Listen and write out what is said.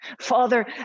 father